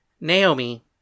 Naomi